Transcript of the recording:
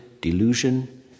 delusion